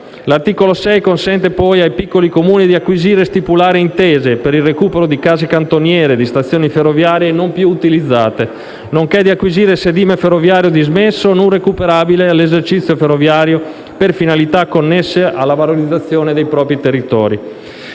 L'articolo 6 consente poi ai piccoli Comuni di acquisire o stipulare intese per il recupero di case cantoniere e di stazioni ferroviarie non più utilizzate, nonché di acquisire sedime ferroviario dismesso e non recuperabile all'esercizio ferroviario per finalità connesse alla valorizzazione dei propri territori.